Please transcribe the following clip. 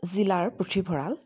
জিলাৰ পুথিভঁৰাল